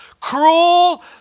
cruel